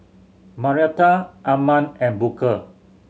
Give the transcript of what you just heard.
Marietta Arman and Booker